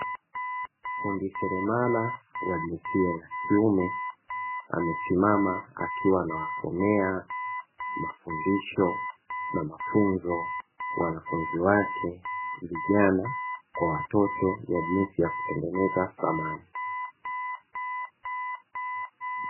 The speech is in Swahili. Fundi seremala wa jinsia ya kiume, amesimama akiwa anawasomea mafundisho na mafunzo wanafunzi wake vijana, kwa watoto ya jinsi ya kutengeneza samani.